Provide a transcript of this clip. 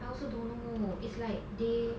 I also don't know is like they